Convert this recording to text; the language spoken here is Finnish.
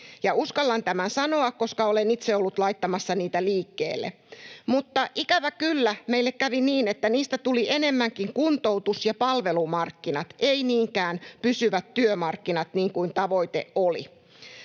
uskallan tämän sanoa, koska olen itse ollut laittamassa niitä liikkeelle. Mutta ikävä kyllä meille kävi niin, että niistä tuli enemmänkin kuntoutus- ja palvelumarkkinat, ei niinkään pysyvät työmarkkinat niin kuin tavoite oli.